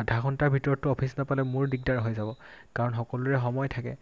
আধা ঘণ্টাৰ ভিতৰতো অফিচ নাপালে মোৰো দিগদাৰ হৈ যাব কাৰণ সকলোৰে সময় থাকে